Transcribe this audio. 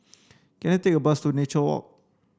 can I take a bus to Nature Walk